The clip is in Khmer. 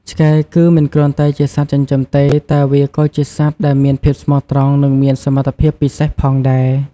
ឆ្កែគឺមិនគ្រាន់តែជាសត្វចិញ្ចឹមទេ តែវាក៏ជាសត្វដែលមានភាពស្មោះត្រង់និងមានសមត្ថភាពពិសេសផងដែរ។